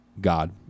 God